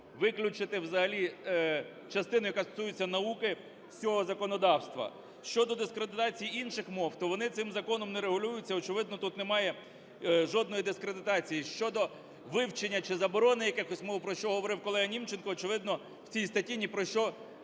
виключити взагалі частину, яка стосується науки, з цього законодавства. Щодо дискредитації інших мов, то вони цим законом не регулюються, очевидно, тут немає жодної дискредитації. Щодо вивчення чи заборони якихось мов, очевидно, у цій статті ні про що подібне